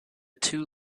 two